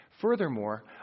Furthermore